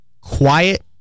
quiet